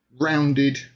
rounded